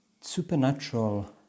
supernatural